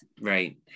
right